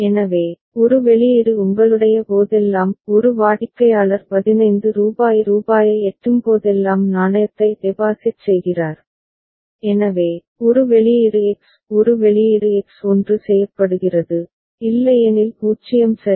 எனவே ஒரு வெளியீடு உங்களுடைய போதெல்லாம் ஒரு வாடிக்கையாளர் 15 ரூபாய் ரூபாயை எட்டும்போதெல்லாம் நாணயத்தை டெபாசிட் செய்கிறார் எனவே ஒரு வெளியீடு எக்ஸ் ஒரு வெளியீடு எக்ஸ் 1 செய்யப்படுகிறது இல்லையெனில் 0 சரி